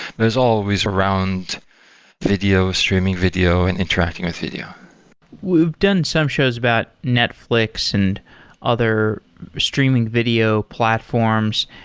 there's always around video streaming, video and interacting with video we've done some shows about netflix and other streaming video platforms.